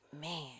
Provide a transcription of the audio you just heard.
man